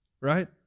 right